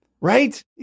right